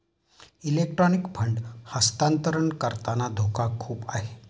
electronic fund हस्तांतरण करताना धोका खूप आहे